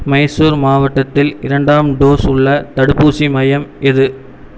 மைசூர் மாவட்டத்தில் இரண்டாம் டோஸ் உள்ள தடுப்பூசி மையம் எது